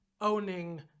Owning